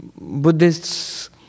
Buddhists